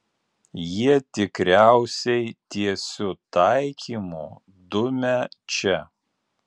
jie tikriausiai tiesiu taikymu dumia čia